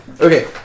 Okay